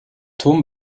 turm